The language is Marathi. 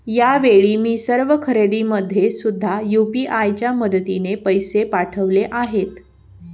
यावेळी मी सर्व खरेदीमध्ये सुद्धा यू.पी.आय च्या मदतीने पैसे पाठवले आहेत